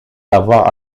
avoir